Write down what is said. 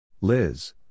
Liz